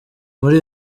muri